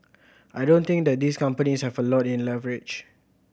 I don't think that these companies have a lot of leverage